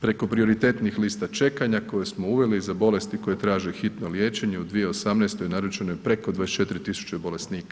Preko prioritetnih lista čekanja koje smo uveli za bolesti koje traže hitno liječenje u 2018. naručeno je preko 24 tisuće bolesnika.